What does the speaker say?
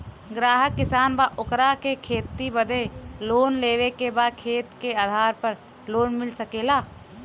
ग्राहक किसान बा ओकरा के खेती बदे लोन लेवे के बा खेत के आधार पर लोन मिल सके ला?